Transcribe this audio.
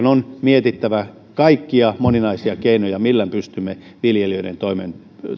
on mietittävä kaikkia moninaisia keinoja millä pystymme viljelijöiden toimeentuloa